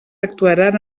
actuaran